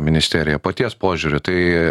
ministeriją paties požiūriu tai